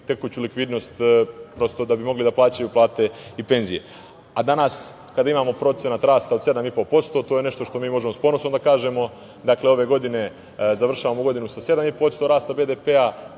tekuću likvidnost, prosto da bi mogli da isplaćuju plate i penzije. Danas imamo procenat rasta od 7,5%, i to je nešto što mi možemo sa ponosom da kažemo. Dakle, ove godine završavamo godinu sa 7,5% rasta BDP-a.